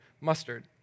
mustard